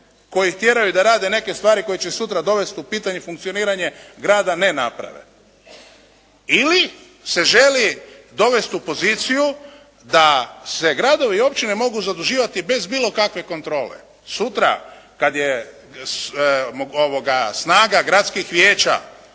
koji ih tjeraju da rade neke stvari koje će sutra dovesti u pitanje funkcioniranje grada, ne naprave. Ili se želi dovesti u poziciju da se gradovi i općine mogu zaduživati bez bilo kakve kontrole. Sutra kad je snaga gradskih vijeća